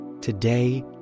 today